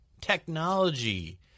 technology